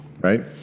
right